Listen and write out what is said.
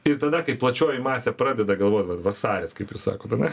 ir tada kai plačioji masė pradeda galvot vat vasaris kaip jūs sakot ane